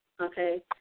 okay